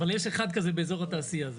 אבל יש אחד כזה באיזור התעשיה.